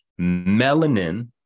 melanin